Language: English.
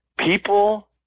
people